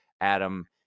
Adam